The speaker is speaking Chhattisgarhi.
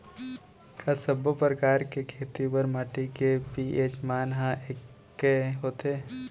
का सब्बो प्रकार के खेती बर माटी के पी.एच मान ह एकै होथे?